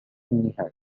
النهاية